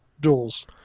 duels